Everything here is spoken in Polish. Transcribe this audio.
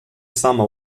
sama